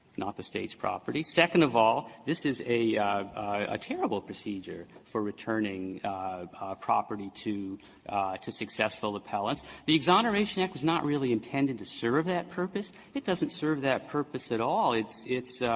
not the state's property. second of all, this is a ah terrible procedure for returning property to to successful appellants. the exoneration act act was not really intended to serve that purpose. it doesn't serve that purpose at all. it's it's